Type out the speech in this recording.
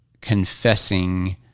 confessing